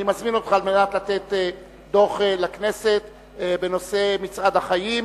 אני מזמין אותך על מנת לתת דוח לכנסת בנושא "מצעד החיים",